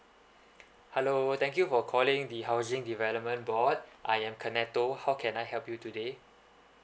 hello thank you for calling the housing development board I am kennetho how can I help you today